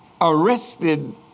arrested